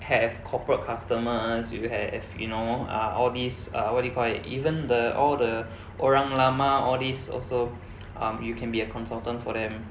have corporate customers you have you know uh all these err what do you call that even the all the orang lama all this also um you can be a consultant for them